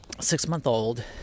six-month-old